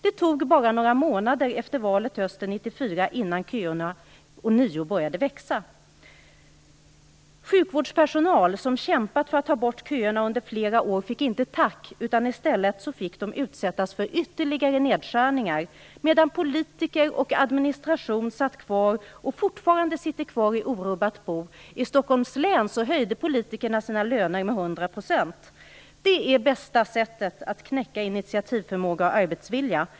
Det tog bara några månader efter valet hösten 1994 innan köerna ånyo började växa. Sjukvårdspersonal som under flera år kämpat för att ta bort köerna år fick inte tack, utan i stället utsattes personalen för ytterligare nedskärningar medan politiker och administration satt kvar och fortfarande sitter kvar i orubbat bo. I Stockholms län höjde politikerna sina löner med 100 %. Det är bästa sättet att knäcka initiativförmåga och arbetsvilja.